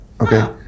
okay